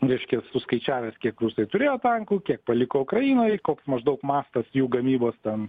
reiškia suskaičiavęs kiek rusai turėjo tankų kiek paliko ukrainoj koks maždaug mastas jų gamybos tam